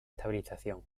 estabilización